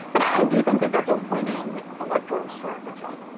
but i do think that that's a winning electoral strategy.